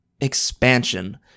expansion